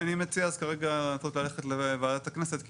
אני מציע לנסות ללכת לוועדת הכנסת.